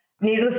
Needless